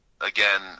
again